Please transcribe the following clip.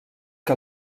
que